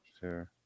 Sure